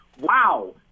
wow